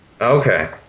Okay